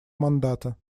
мандата